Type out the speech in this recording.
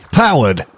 powered